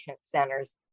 centers